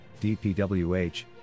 DPWH